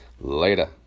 Later